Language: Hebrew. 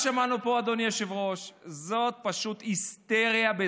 יש לו אחריות, בסדר.